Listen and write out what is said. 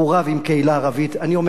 אני אומר לך, אדוני שר המשפטים,